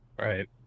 right